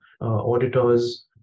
auditors